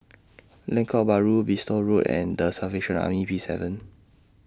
Lengkok Bahru Bristol Road and The Salvation Army Peacehaven